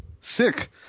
sick